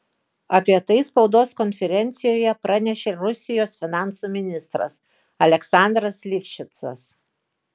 apie tai spaudos konferencijoje pranešė rusijos finansų ministras aleksandras livšicas